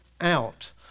out